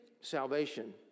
salvation